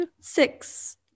Six